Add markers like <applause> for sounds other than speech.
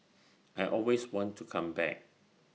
<noise> I always want to come back